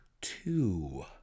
two